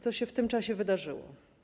Co się w tym czasie wydarzyło?